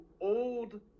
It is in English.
old